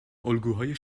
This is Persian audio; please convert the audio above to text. الگوهای